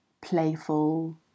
playful